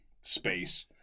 space